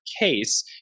case